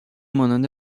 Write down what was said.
مانند